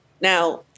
Now